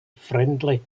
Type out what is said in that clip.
friendly